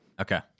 okay